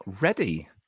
ready